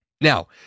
Now